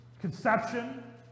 conception